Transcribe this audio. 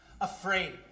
afraid